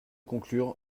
conclure